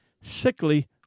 sickly